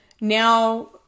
now